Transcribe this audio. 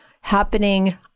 happening